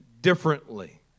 differently